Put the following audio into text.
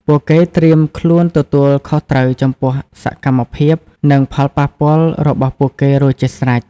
ពួកគេត្រៀមខ្លួនទទួលខុសត្រូវចំពោះសកម្មភាព និងផលប៉ះពាល់របស់ពួកគេរួចជាស្រេច ។